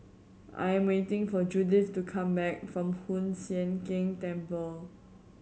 I am waiting for Judith to come back from Hoon Sian Keng Temple